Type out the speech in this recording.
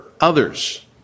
others